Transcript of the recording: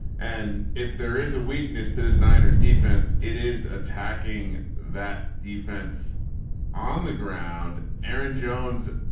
and if there is a weakness to this niners defense it is attacking that defense on the ground. aaron jones